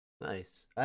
Nice